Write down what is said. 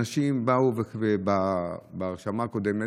אנשים באו בהרשמה הקודמת,